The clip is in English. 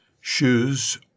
shoes